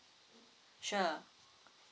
sure